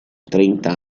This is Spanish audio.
treinta